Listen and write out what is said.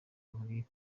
muri